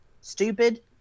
stupid